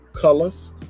colors